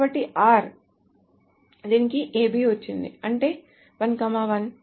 కాబట్టి r దీనికి A B వచ్చింది అంటే 1 1 1 2 2 1